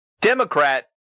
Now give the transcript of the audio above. Democrat